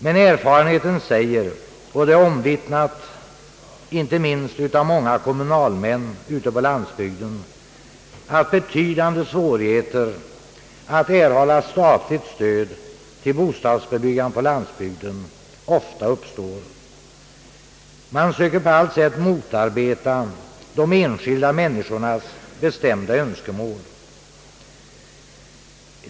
Men erfarenheten säger — och det är omvittnat inte minst av många kommunalmän ute på landsbygden — att betydande svårigheter att erhålla statligt stöd till bostadsbyggande på landsbygden ofta uppstår. Man söker på allt sätt motarbeta de enskilda människornas bestämda önskemål.